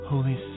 Holy